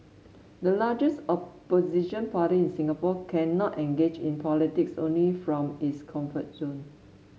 the largest opposition party in Singapore cannot engage in politics only from its comfort zone